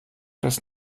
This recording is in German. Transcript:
das